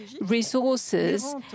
resources